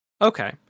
Okay